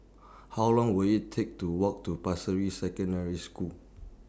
How Long Will IT Take to Walk to Pasir Ris Secondary School